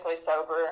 sober